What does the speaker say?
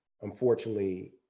unfortunately